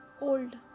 old